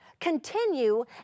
continue